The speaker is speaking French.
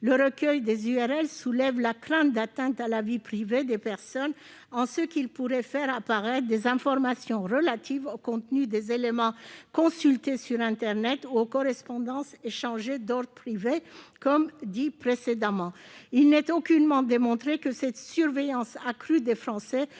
Le recueil des URL pourrait porter atteinte à la vie privée des personnes, en ce qu'il pourrait faire apparaître des informations relatives au contenu des éléments consultés ou aux correspondances d'ordre privé ; cela a été dit. Il n'est aucunement démontré que cette surveillance accrue des Français